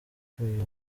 ukwiye